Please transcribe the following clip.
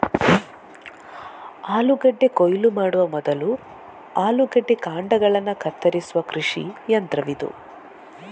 ಆಲೂಗೆಡ್ಡೆ ಕೊಯ್ಲು ಮಾಡುವ ಮೊದಲು ಆಲೂಗೆಡ್ಡೆ ಕಾಂಡಗಳನ್ನ ಕತ್ತರಿಸುವ ಕೃಷಿ ಯಂತ್ರವಿದು